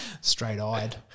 Straight-eyed